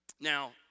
Now